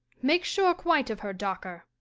make sure quite of her, dawker.